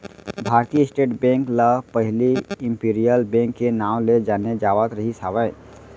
भारतीय state bank ल पहिली इम्पीरियल बेंक के नांव ले जाने जावत रिहिस हवय